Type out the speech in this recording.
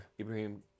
Ibrahim